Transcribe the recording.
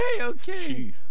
okay